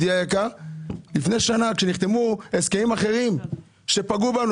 לפני שנה כשנחתמו הסכמים אחרים שפגעו בנו?